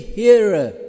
hearer